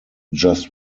just